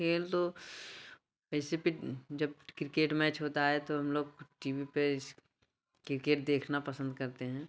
खेल तो पैसे पे जब क्रिकेट मैच होता है तो हम लोग टी वी पे क्रिकेट देखना पसंद करते हैं